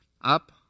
Up